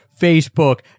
Facebook